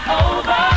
over